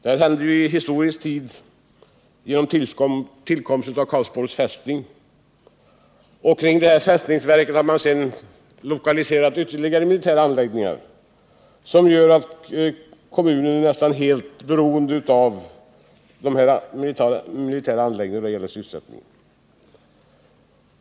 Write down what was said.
Detta skedde i historisk tid genom tillkomsten av Karlsborgs fästning. Kring detta fästningsverk har man sedan lokaliserat ytterligare militära anläggningar och gjort kommunen nästan helt beroende av den militära verksamheten för sysselsättningen.